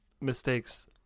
mistakes